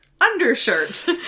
undershirt